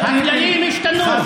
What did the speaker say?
הכללים השתנו.